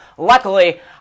Luckily